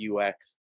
UX